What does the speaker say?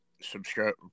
subscribe